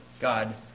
God